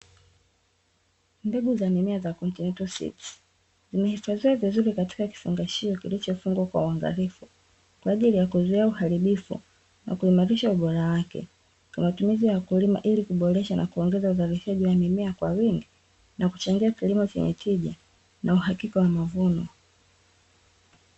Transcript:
Mbegu za mimea za "Continental seeds" zimehifadhiwa vizuri katika kifungashio kilichofungwa kwa uangalifu kwa ajili ya kuzuia uharibifu na kuimarisha ubora wake, kwa matumizi ya wakulima ili kuboresha na kuongeza uzalishaji wa mimea kwa wingi na kuchangia kilimo chenye tija na uhakika wa mavuno.